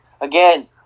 again